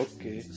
Okay